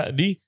di